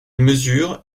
mesure